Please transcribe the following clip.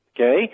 okay